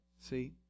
See